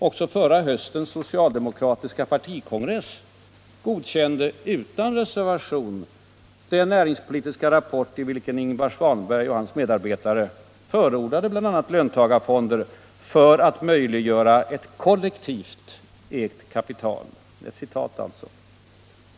Också förra höstens socialdemokratiska partikongress godkände utan reservation den näringspolitiska rapport i vilken Ingvar Svanberg och hans medarbetare förordade bl.a. löntagarfonder ”för att möjliggöra ett kollektivt ägt kapital”.